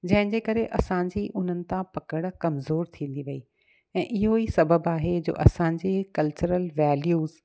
जंहिंजे करे असांजी हुननि तां पकड़ कमज़ोर थींदी वई ऐं इहो ई सबब आहे जो असांजी कल्चरल वेल्यूस